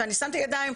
אני שמתי ידיים,